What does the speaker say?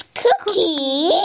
cookie